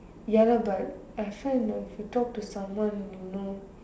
ya lah but I find that if you talk to someone you know